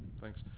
thanks